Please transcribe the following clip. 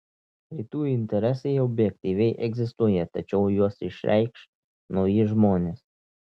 rytų interesai objektyviai egzistuoja tačiau juos išreikš nauji žmonės